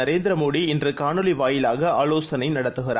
Narendra Modi இன்றுகாணொலிவாயிலாகஆலோசனைநடத்துகிறார்